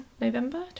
November